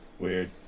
Weird